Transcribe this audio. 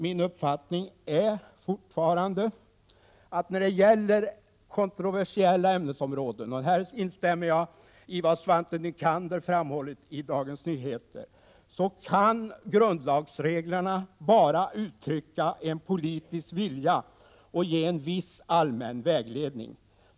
Min uppfattning är fortfarande att grundlagsreglerna på kontroversiella ämnesområden — här instämmer jag med vad Svante Nycander framhållit i Dagens Nyheter — bara kan uttrycka en politisk vilja och ge en viss allmän vägledning.